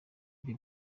bye